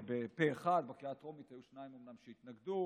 פה אחד, בקריאה הטרומית היו אומנם שניים שהתנגדו.